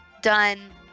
done